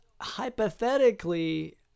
hypothetically